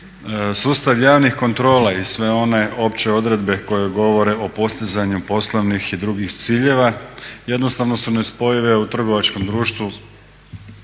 sustav javnih kontrola i sve one opće odredbe koje govore o postizanju poslovnih i drugih ciljeva jednostavno su nespojive u trgovačkom društvu